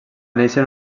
néixer